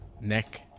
neck